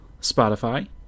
Spotify